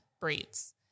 breeds